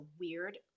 weird